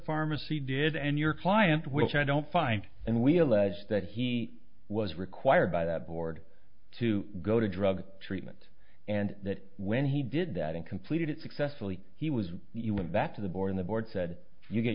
pharmacy did and your client which i don't find and we allege that he was required by that board to go to drug treatment and that when he did that in completed it successfully he was you went back to the board in the board said you get